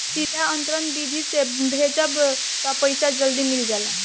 सीधा अंतरण विधि से भजबअ तअ पईसा जल्दी मिल जाला